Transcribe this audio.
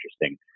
interesting